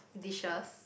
dishes